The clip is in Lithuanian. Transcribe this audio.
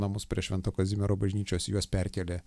namus prie švento kazimiero bažnyčios juos perkėlė